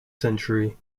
century